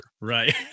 Right